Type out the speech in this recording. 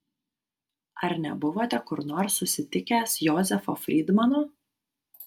ar nebuvote kur nors susitikęs jozefo frydmano